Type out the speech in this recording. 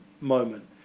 moment